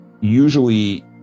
usually